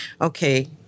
okay